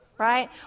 right